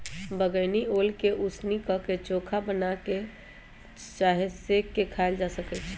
बइगनी ओल के उसीन क, चोखा बना कऽ चाहे सेंक के खायल जा सकइ छै